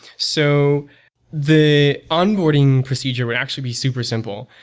so the onboarding procedure would actually be super simple.